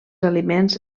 aliments